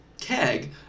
keg